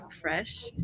fresh